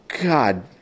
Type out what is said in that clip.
God